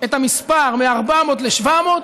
את המספר מ-400 ל-700,